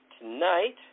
Tonight